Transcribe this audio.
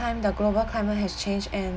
time the global climate has changed and